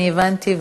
אני הבנתי,